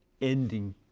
ending